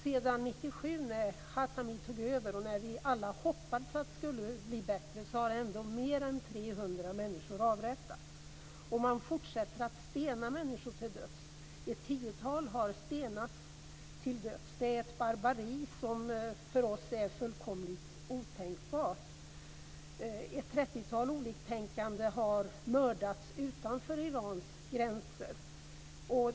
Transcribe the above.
Sedan 1997, när Khatami tog över och vi alla hoppades att det skulle bli bättre, har ändå mer än 300 människor avrättats. Man fortsätter också att stena människor till döds. Ett tiotal har stenats till döds. Det är ett barbari som för oss är fullkomligt otänkbart. Ett trettiotal oliktänkande har mördats utanför Irans gränser.